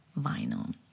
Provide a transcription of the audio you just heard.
vinyl